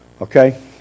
Okay